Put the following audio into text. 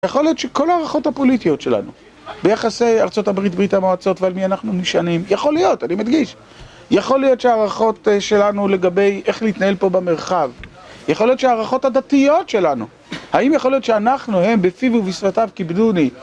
יכול להיות שכל הערכות הפוליטיות שלנו, ביחסי ארצות הברית, ברית המועצות ועל מי אנחנו נשענים, יכול להיות, אני מדגיש. יכול להיות שהערכות שלנו לגבי איך להתנהל פה במרחב, יכול להיות שהערכות הדתיות שלנו, האם יכול להיות שאנחנו הם, בפיו ובשפתיו, כיבדוני.